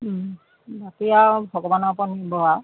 বাকী আৰু ভগৱানৰ ওপৰত নিৰ্ভৰ আৰু